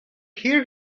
hear